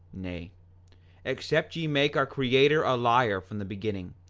nay except ye make our creator a liar from the beginning,